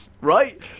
Right